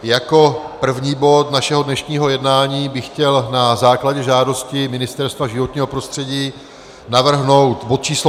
Jako první bod našeho dnešního jednání bych chtěl na základě žádosti Ministerstva životního prostředí navrhnout bod č. 18.